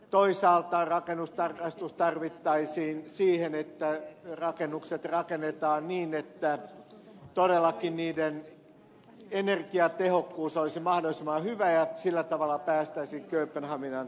toisaalta rakennustarkastus tarvittaisiin siihen että rakennukset rakennetaan niin että todellakin niiden energiatehokkuus olisi mahdollisimman hyvä ja sillä tavalla päästäisiin kööpenhaminan tavoitteisiin